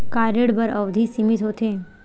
का ऋण बर अवधि सीमित होथे?